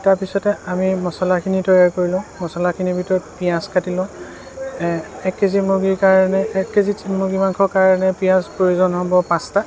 তাৰ পিছতে আমি মছলাখিনি তৈয়াৰ কৰি লওঁ মছলাখিনিৰ ভিতৰত পিয়াঁজ কাটি লওঁ এক কেজি মূৰ্গীৰ কাৰণে এক কেজি মূৰ্গী মাংসৰ কাৰণে পিয়াঁজ প্ৰয়োজন হ'ব পাঁচটা